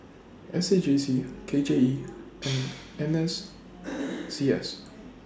S A J C K J E and N S C S